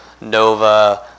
Nova